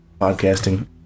Podcasting